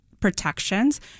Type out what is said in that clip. protections